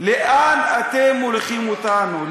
לאן אתם מוליכים אותנו?